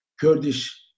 Kurdish